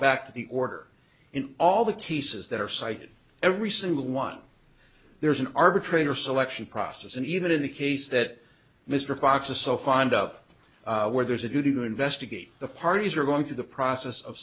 back to the order in all the cases that are cited every single one there is an arbitrator selection process and even in the case that mr fox is so fond of where there's a duty to investigate the parties are going through the process of